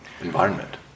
environment